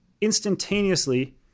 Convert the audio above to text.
Instantaneously